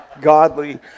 godly